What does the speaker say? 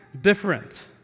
different